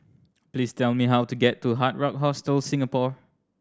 please tell me how to get to Hard Rock Hostel Singapore